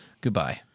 Goodbye